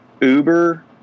Uber